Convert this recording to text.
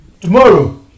Tomorrow